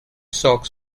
sox